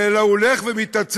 אלא הוא הולך ומתעצם,